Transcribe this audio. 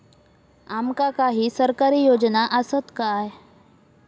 आमका काही सरकारी योजना आसत काय?